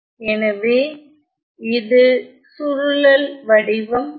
எனவே இது சுருளல் வடிவம் கொண்டது